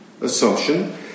assumption